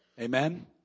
Amen